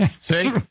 See